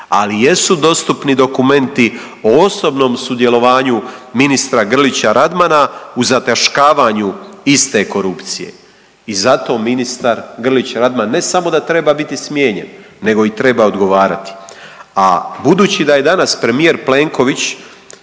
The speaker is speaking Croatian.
Ali jesu dostupni dokumenti o osobnom sudjelovanju ministra Grlića Radmana u zataškavanju iste korupcije i zato ministar Grlić Radman ne samo da treba biti smijenjen, nego i treba i odgovarati. A budući da je danas premijer Plenković